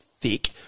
thick